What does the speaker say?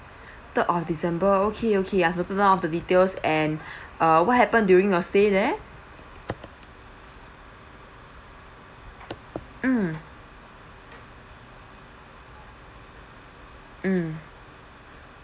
third of december okay okay I've noted down of the details and uh what happened during your stay there mm mm